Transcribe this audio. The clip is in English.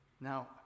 now